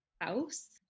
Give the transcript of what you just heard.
house